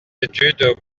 études